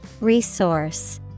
Resource